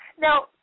Now